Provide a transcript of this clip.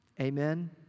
Amen